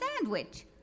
sandwich